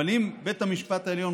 אבל אם בית המשפט העליון,